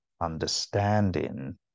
understanding